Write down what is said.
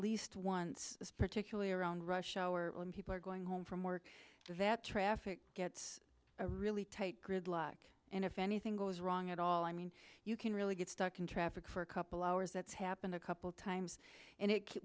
least once particularly around rush hour when people are going home from work that traffic gets really tight gridlock and if anything goes wrong at all i mean you can really get stuck in traffic for a couple hours that's happened a couple times and it